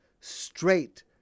straight